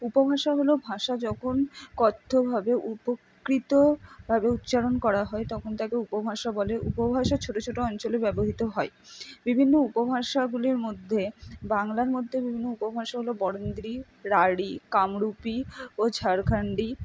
উপভাষা হল ভাষা যখন কথ্যভাবে উপকৃতভাবে উচ্চারণ করা হয় তখন তাকে উপভাষা বলে উপভাষা ছোট ছোট অঞ্চলে ব্যবহৃত হয় বিভিন্ন উপভাষাগুলির মধ্যে বাংলার মধ্যে বিভিন্ন উপভাষা হল বরেন্দ্রী রাঢ়ী কামরূপী ও ঝাড়খন্ডী